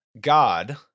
God